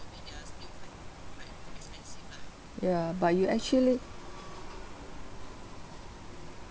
ya but actually